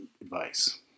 advice